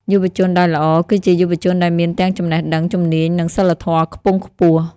យុវជនដែលល្អ គឺជាយុវជនដែលមានទាំងចំណេះដឹង ជំនាញ និងសីលធម៌ខ្ពង់ខ្ពស់។